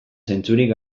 zentzurik